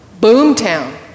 Boomtown